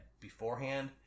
beforehand